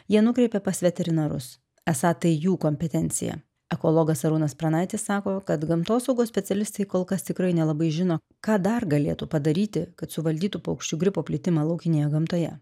jie nukreipė pas veterinarus esą tai jų kompetencija ekologas arūnas pranaitis sako kad gamtosaugos specialistai kol kas tikrai nelabai žino ką dar galėtų padaryti kad suvaldytų paukščių gripo plitimą laukinėje gamtoje